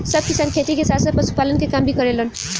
सब किसान खेती के साथ साथ पशुपालन के काम भी करेलन